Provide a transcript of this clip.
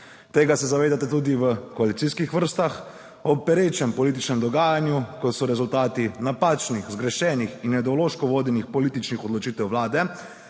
Tega se zavedate tudi v koalicijskih vrstah, ob perečem političnem dogajanju, ko se rezultati napačnih, zgrešenih in ideološko vodenih političnih odločitev vlade